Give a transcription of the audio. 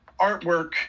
artwork